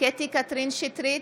קטי קטרין שטרית,